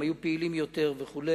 הם היו פעילים יותר וכו'.